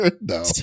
No